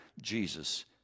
Jesus